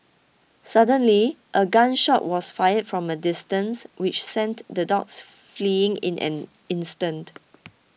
suddenly a gun shot was fired from a distance which sent the dogs fleeing in an instant